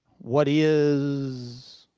what is.